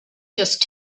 just